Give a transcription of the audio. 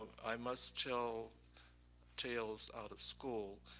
i must tell tales out of school.